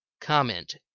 Comment